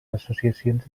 associacions